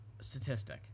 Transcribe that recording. statistic